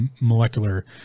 molecular